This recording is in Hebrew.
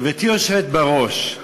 גברתי היושבת בראש,